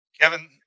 Kevin